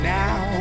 now